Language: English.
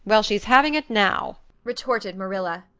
well, she's having it now retorted marilla.